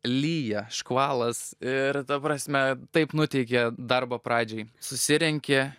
lyja škvalas ir ta prasme taip nuteikia darbo pradžiai susirenki